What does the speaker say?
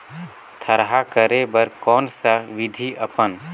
थरहा करे बर कौन सा विधि अपन?